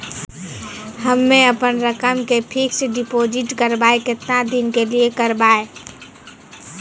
हम्मे अपन रकम के फिक्स्ड डिपोजिट करबऽ केतना दिन के लिए करबऽ?